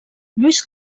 lluís